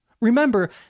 Remember